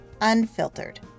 Unfiltered